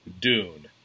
Dune